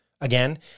Again